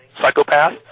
psychopath